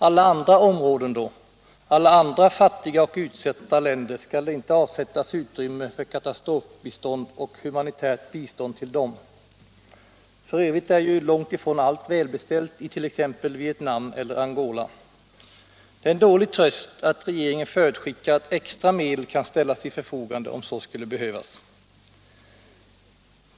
Alla andra områden då, alla andra fattiga och utsatta länder? Skall det inte avsättas utrymme för katastrofbistånd och humanitärt bistånd till dem? För övrigt är ju långtifrån allt välbeställt i t.ex. Vietnam eller Angola. Det är en dålig tröst att regeringen förutskickar att extra medel kan ställas till förfogande om så skulle behövas.